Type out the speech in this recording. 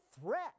threat